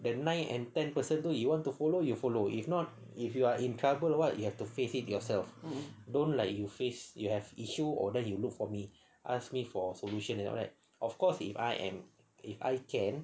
the nine and ten person who you want to follow you follow if not if you are in trouble what you have to face it yourself don't like you face you have issue oh then you look for me ask me for a solution and all that of course if I am if I can